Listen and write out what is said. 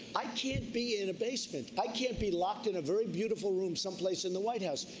i can't be in a basement. i can't be locked in a very beautiful room someplace in the white house.